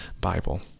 Bible